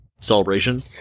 celebration